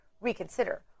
reconsider